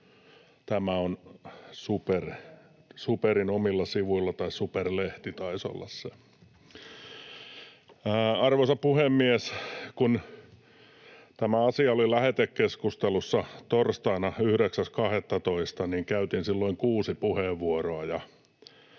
Tämä on SuPerin omilla sivuilla, tai se taisi olla SuPer-lehdessä. Arvoisa puhemies! Kun tämä asia oli lähetekeskustelussa torstaina 9.12., niin käytin silloin kuusi puheenvuoroa.